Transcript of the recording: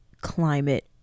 climate